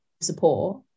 support